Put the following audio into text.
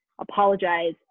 apologize